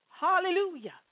Hallelujah